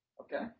okay